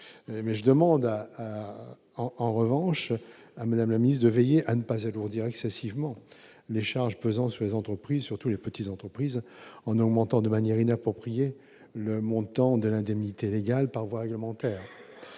mais en demandant à Mme la ministre de veiller à ne pas alourdir excessivement les charges pesant sur les entreprises, surtout les petites, en augmentant de manière inappropriée le montant de l'indemnité légale par voie réglementaire.